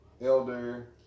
Elder